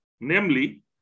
namely